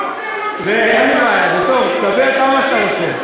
לא רוצה, אין בעיה, זה טוב, תדבר כמה שאתה רוצה.